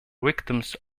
victims